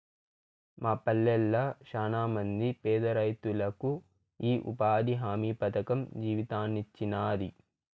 మా పల్లెళ్ళ శానమంది పేదరైతులకు ఈ ఉపాధి హామీ పథకం జీవితాన్నిచ్చినాది